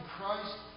Christ